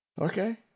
Okay